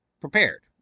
prepared